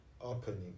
opening